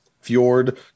Fjord